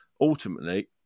ultimately